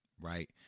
right